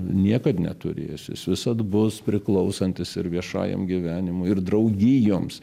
niekad neturėsiu jis visad bus priklausantis ir viešajam gyvenimui ir draugijoms